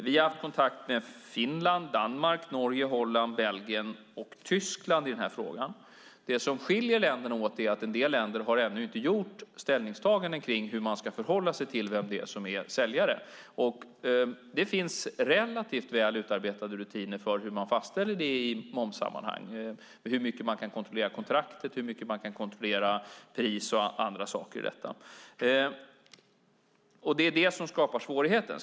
Vi har haft kontakt med Finland, Danmark, Norge, Holland, Belgien och Tyskland i denna fråga. Det som skiljer länderna åt är att en del länder ännu inte har gjort ställningstaganden kring hur man ska förhålla sig till vem det är som är säljare. Det finns relativt väl utarbetade rutiner för hur man fastställer detta i momssammanhang, hur mycket man kan kontrollera kontraktet och hur mycket man kan kontrollera pris och andra saker i detta. Det är det som skapar svårigheten.